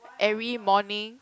every morning